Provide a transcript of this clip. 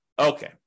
Okay